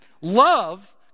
Love